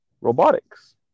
robotics